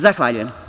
Zahvaljujem.